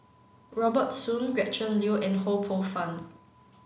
Robert Soon Gretchen Liu and Ho Poh Fun